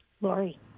Lori